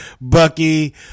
Bucky